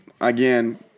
again